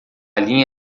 linha